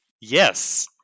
Yes